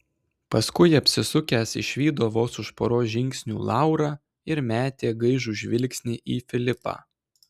paskui apsisukęs išvydo vos už poros žingsnių laurą ir metė gaižų žvilgsnį į filipą